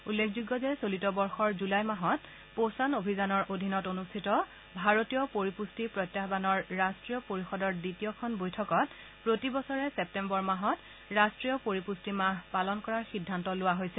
উল্লেখযোগ্য যে চলিত বৰ্ষৰ জূলাই মাহত পৃশ্চন অভিযানৰ অধীনত অনুষ্ঠিত ভাৰতীয় পৰিপুষ্টি প্ৰত্যাহানৰ ৰাট্টীয় পৰিষদৰ দ্বিতীয়খন বৈঠকত প্ৰতি বছৰে চেপ্তেম্বৰ মাহত ৰাট্টীয় পৰিপুষ্টি মাহ পালন কৰাৰ সিদ্ধান্ত লোৱা হৈছে